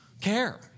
care